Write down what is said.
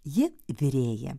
ji virėja